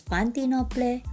Pantinople